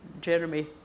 Jeremy